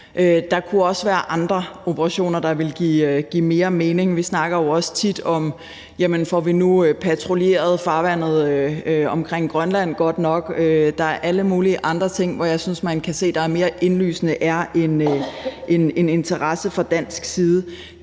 Der kunne også være andre operationer, der ville give mere mening. Vi snakker jo også tit om, om vi får patruljeret farvandet omkring Grønland godt nok, og der er alle mulige andre ting, hvor jeg synes man kan se, at der mere indlysende er en interesse fra dansk side.